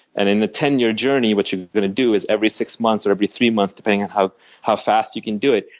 and in the ten year journey, what you're going to do is every six months or every three months, depending on how how fast you can do it,